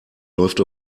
läuft